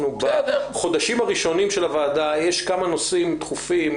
אנחנו בחודשים הראשונים להקמת הוועדה ויש כמה נושאים דחופים.